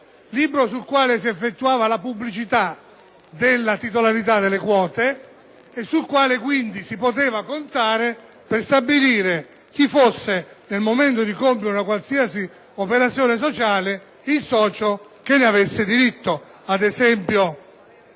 libro sul quale si effettuava la pubblicita della titolaritadelle quote e sul quale si poteva contare per stabilire, al momento di compiere una qualsiasi operazione sociale, chi fosse il socio che avesse diritto – ad esempio